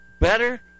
better